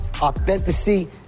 authenticity